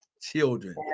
children